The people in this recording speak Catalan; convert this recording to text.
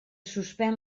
suspèn